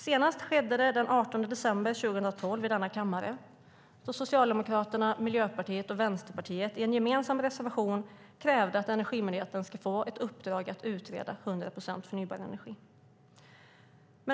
Senast skedde det den 18 december 2012 i denna kammare, då Socialdemokraterna, Miljöpartiet och Vänsterpartiet i en gemensam reservation krävde att Energimyndigheten ska få ett uppdrag att utreda 100 procent förnybar energi.